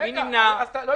מי נמנע?